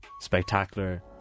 spectacular